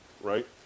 right